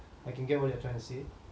I can get what you're trying to say